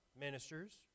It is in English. ministers